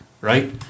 right